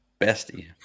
Bestie